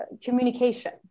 communication